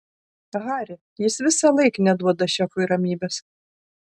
hari jis visąlaik neduoda šefui ramybės